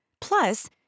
Plus